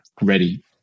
ready